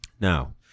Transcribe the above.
Now